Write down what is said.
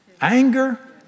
anger